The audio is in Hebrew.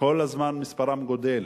כל הזמן גדל,